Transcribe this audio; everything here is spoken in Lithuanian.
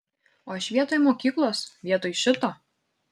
o aš vietoj mokyklos vietoj šito